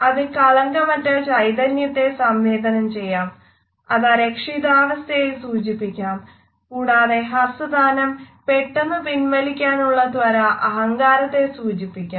അത് കളങ്കമറ്റ ചൈതന്യത്തെ സംവേദനം ചെയ്യാം അത് അരക്ഷിതാവസ്ഥയെ സൂചിപ്പിക്കാം കൂടാതെ ഹസ്തദാനം പെട്ടെന്ന് പിൻവലിക്കാനുള്ള ത്വര അഹങ്കാരത്തെ സൂചിപ്പിക്കാം